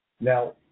Now